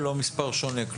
לא מספר שונה.